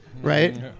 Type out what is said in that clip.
right